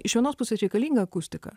iš vienos pusės reikalinga akustika